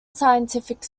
scientific